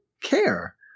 care